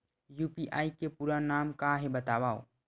UPI के पूरा नाम का हे बतावव?